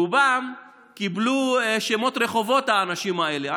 רובם קיבלו שמות רחובות, האנשים האלה.